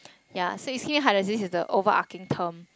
ya so ischemic heart disease is a overarching term